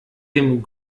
dem